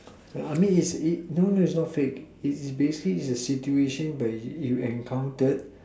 I mean it's it don't no it's not fake it's basically is a situation where you you encountered